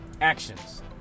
actions